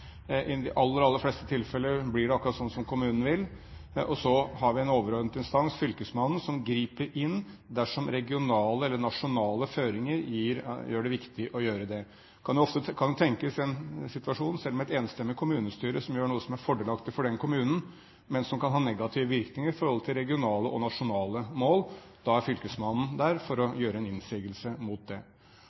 I de aller, aller fleste tilfeller blir det akkurat sånn som kommunen vil, og så har vi en overordnet instans, fylkesmannen, som griper inn dersom regionale eller nasjonale føringer gjør det viktig å gjøre det. Det kan jo tenkes en situasjon der vi ser at selv om et enstemmig kommunestyre gjør noe som er fordelaktiv for den kommunen, kan det ha negative virkninger med hensyn til regionale og nasjonale mål. Da er fylkesmannen der for å gjøre en innsigelse mot det.